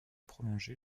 prolongée